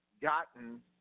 gotten